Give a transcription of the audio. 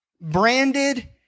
branded